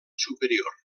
superior